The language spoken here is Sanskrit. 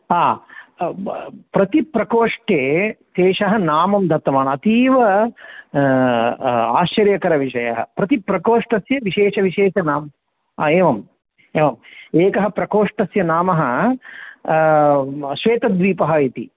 हा प्रति प्रकोष्ठे तेषः नाम दत्तवान् अतीव आश्चर्यकरविषयः प्रतिप्रकोष्ठस्य विशेषः विशेषः नाम हा एवं एवम् एकः प्रकोष्ठस्य नाम श्वेतद्वीपः इति